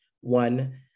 One